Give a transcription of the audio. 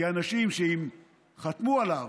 כי אנשים שחתמו עליה,